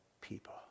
people